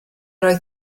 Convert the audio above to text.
oedd